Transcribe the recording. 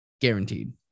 guaranteed